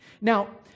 Now